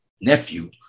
nephew